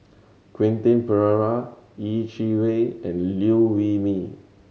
Quentin Pereira Yeh Chi Wei and Liew Wee Mee